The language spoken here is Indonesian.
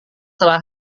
telah